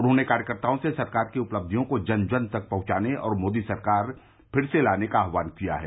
उन्होंने कार्यकर्ताओं से सरकार की उपलब्धियों को जन जन तक पहुंचाने और मोदी सरकार फिर से लाने का आह्वान किया है